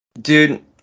Dude